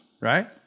right